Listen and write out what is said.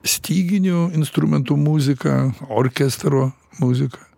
styginių instrumentų muziką orkestro muziką